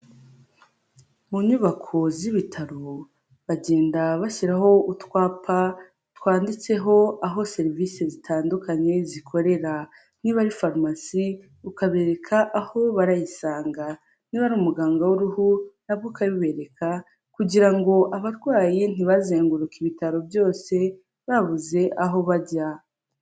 Mu nyubako z'ibitaro bagenda bashyiraho utwapa twanditseho aho serivisi zitandukanye zikorera, niba ari farumasi ukabereka aho barayisanga niba ari umuganga w'uruhu na ukaberereka kugira ngo abarwayi ntibazenguruke ibitaro byose babuze aho bajya.